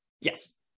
Yes